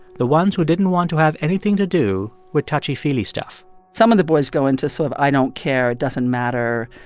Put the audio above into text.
the ones who didn't want to have anything to do with touchy-feely stuff some of the but go into sort of i don't care, it doesn't matter,